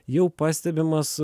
jau pastebimas